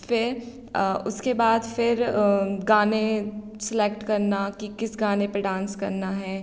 फ़िर उसके बाद फ़िर गाने सिलेक्ट करना कि किस गाने पर डांस करना है